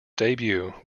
debut